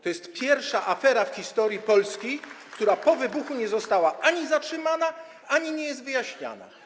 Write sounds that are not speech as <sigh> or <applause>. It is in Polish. To jest pierwsza afera w historii Polski, <applause> która po jej wybuchu nie została ani zatrzymana, ani nie jest wyjaśniana.